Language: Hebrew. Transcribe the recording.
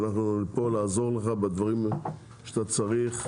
ואנחנו פה לעזור לך בדברים שאתה צריך,